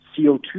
CO2